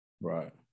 Right